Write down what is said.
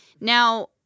Now